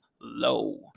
low